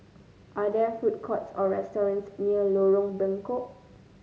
are there food courts or restaurants near Lorong Bengkok